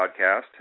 podcast